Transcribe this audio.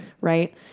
Right